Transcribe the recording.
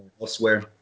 elsewhere